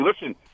listen